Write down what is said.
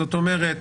זאת אומרת: